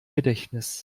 gedächtnis